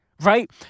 right